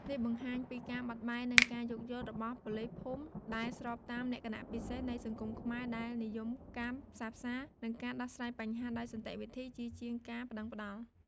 នេះបង្ហាញពីការបត់បែន និងការយោគយល់របស់ប៉ូលីសភូមិ ដែល ស្របតាមលក្ខណៈពិសេសនៃសង្គមខ្មែរ ដែលនិយមការផ្សះផ្សា និងការដោះស្រាយបញ្ហាដោយសន្តិវិធីជាជាងការប្តឹងប្តល់។